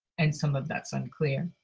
and some of that's unclear.